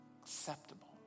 acceptable